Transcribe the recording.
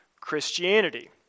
Christianity